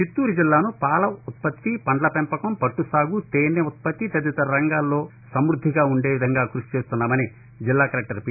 చిత్తూరు జిల్లాను పాల ఉత్పత్తి పంద్ల పెంపకం పట్టు సాగు తేనె ఉత్పత్తి తదితర రంగాల్లో అన్నింటా సమ్బద్దిగా ఉండేవిధంగా కృషిచేస్తున్నామని జిల్లా కలెక్టర్ పి